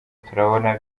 turabona